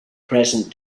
present